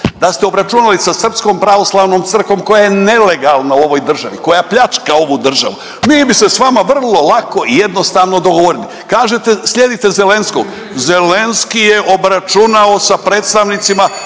da ste obračunali sa Srpskom pravoslavnom crkvom koja je nelegalna u ovoj državi, koja pljačka ovu državu mi bi se s vama vrlo lako i jednostavno dogovorili. Kažete slijedite Zelenskog, Zelenski je obračunao sa predstavnicima